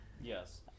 Yes